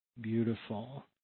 Beautiful